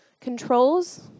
controls